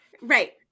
right